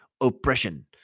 oppression